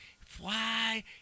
Fly